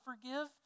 forgive